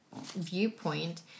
viewpoint